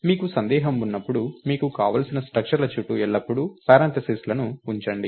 మీకు సందేహం ఉన్నప్పుడు మీకు కావలసిన స్ట్రక్టర్ ల చుట్టూ ఎల్లప్పుడూ పారాన్తసిస్లను కుండలీకరణాలను ఉంచండి